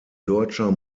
deutscher